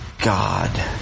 God